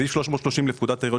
סעיף 330 לפקודת העיריות,